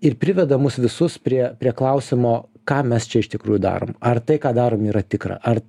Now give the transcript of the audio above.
ir priveda mus visus prie prie klausimo ką mes čia iš tikrųjų darom ar tai ką darom yra tikra ar